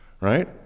right